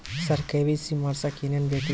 ಸರ KYC ಮಾಡಸಕ್ಕ ಎನೆನ ಬೇಕ್ರಿ?